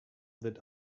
that